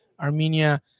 Armenia